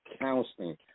counseling